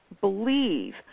believe